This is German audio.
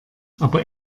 aber